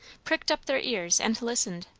pricked up their ears and listened.